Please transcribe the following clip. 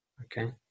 Okay